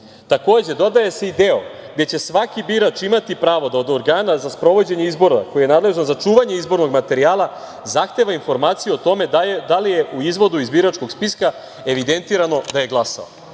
Takođe, dodaje se i deo gde će svaki birač imati pravo da od organa za sprovođenje izbora koji je nadležan za čuvanje izbornog materijala, zahteva informaciju o tome da li je u izvodu iz biračkog spiska evidentirano da je glasao.